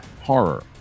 Horror